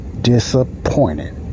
disappointed